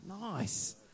Nice